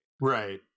Right